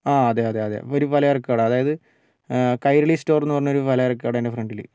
ആ അതേയതേയതേ ഒരു പലചരക്ക് കട അതായത് കൈരളി സ്റ്റോറെന്നു പറഞ്ഞൊരു പലചരക്ക് കടേൻ്റെ ഫ്രണ്ടിൽ